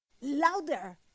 louder